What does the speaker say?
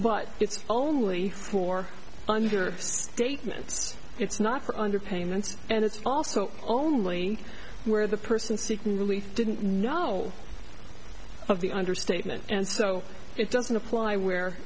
but it's only for under statements it's not for under payments and it's also only where the person seeking relief didn't know of the understatement and so it doesn't apply where